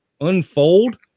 unfold